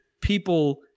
people